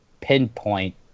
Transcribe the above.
pinpoint